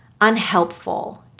unhelpful